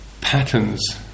patterns